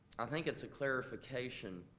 i think it's a clarification,